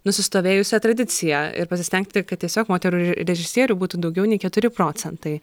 nusistovėjusią tradiciją ir pasistengti kad tiesiog moterų režisierių būtų daugiau nei keturi procentai